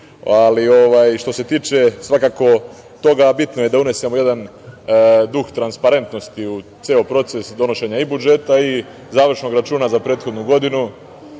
se tiče toga, bitno je da unesemo jedan duh transparentnosti u ceo proces donošenja i budžeta i završnog računa za prethodnu godinu. Što